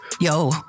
Yo